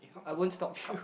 I won't stop you